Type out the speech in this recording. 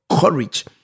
courage